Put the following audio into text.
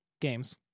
Games